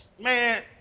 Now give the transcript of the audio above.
man